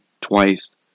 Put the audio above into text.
twice